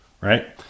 right